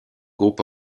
groupe